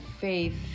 faith